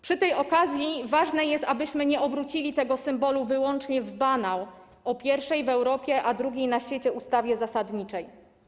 Przy tej okazji ważne jest, abyśmy nie obrócili tego symbolu wyłącznie w banał o pierwszej w Europie, a drugiej na świecie ustawie zasadniczej.